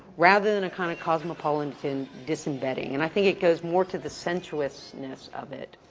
rather than a kind of cosmopolitan disembedding. and i think it goes more to the sensuousness of it.